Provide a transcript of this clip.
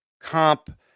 comp